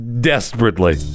desperately